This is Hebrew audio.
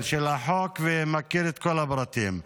-- ומכיר את כל הפרטים.